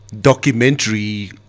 documentary